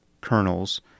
kernels